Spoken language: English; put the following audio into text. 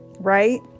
right